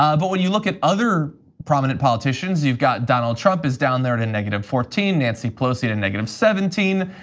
ah but when you look at other prominent politicians, you've got donald trump is down there at a negative fourteen, nancy pelosi at a negative seventeen.